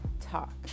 talk